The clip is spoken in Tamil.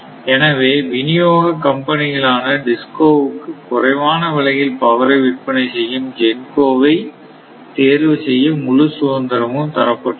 எனவே விநியோகம் கம்பனிகளான DISCO வுக்கு குறைவான விலையில் பவரை விற்பனை செய்யும் GENCO வை தேர்வு செய்ய முழு சுதந்திரமும் தரப்பட்டுள்ளது